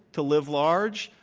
to live large,